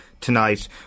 tonight